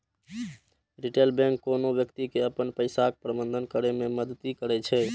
retail bank कोनो व्यक्ति के अपन पैसाक प्रबंधन करै मे मदति करै छै